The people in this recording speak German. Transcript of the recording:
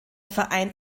verein